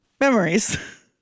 Memories